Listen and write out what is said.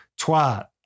twat